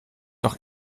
doch